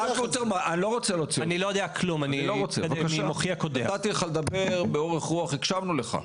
הרב גוטרמן נתתי לך לדבר באורך רוח והקשבנו לך.